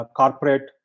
corporate